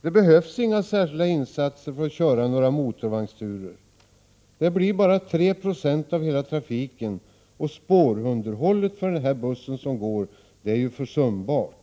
Det behövs inga särskilda insatser för att köra några motorvagnsturer. Det blir bara 3 96 av hela trafiken, och spårunderhållet för bussen som går är försumbart.